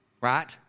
right